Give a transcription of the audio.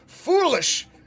foolish